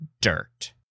dirt